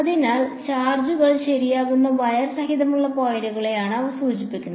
അതിനാൽ ചാർജുകൾ ശരിയായിരിക്കുന്ന വയർ സഹിതമുള്ള പോയിന്റുകളെയാണ് അവ സൂചിപ്പിക്കുന്നത്